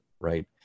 right